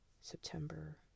september